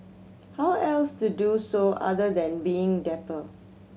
how else to do so other than being dapper